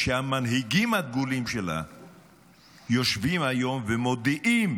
המנהיגים הדגולים שלה יושבים היום ומודיעים